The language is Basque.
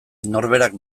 norberak